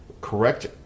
correct